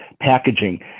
packaging